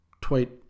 tweet